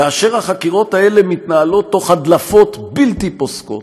כאשר החקירות האלה מתנהלות תוך הדלפות בלתי פוסקות,